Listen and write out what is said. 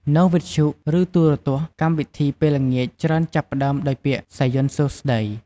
នៅវិទ្យុ ឬទូរទស្សន៍ កម្មវិធីពេលល្ងាចច្រើនចាប់ផ្តើមដោយពាក្យ "សាយ័ន្តសួស្តី"។